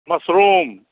mushroom